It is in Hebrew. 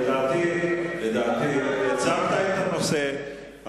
לדעתי הצגת את הנושא,